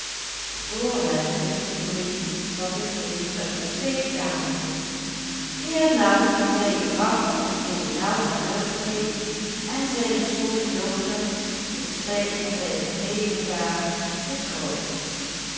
vr hem ligt een brief van den vriend uit het zweetkamertje die hem meldt dat hij het hart van den kolonel vermurwd heeft en zijne schoone dochter in spijt van zijn knevelbaard getrouwd